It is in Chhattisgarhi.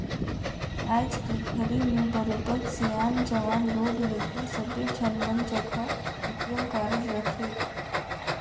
आयज के घरी में बरोबर सियान, जवान, लोग लइका सब्बे झन मन जघा ए.टी.एम कारड रथे